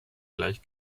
gleich